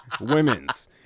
Women's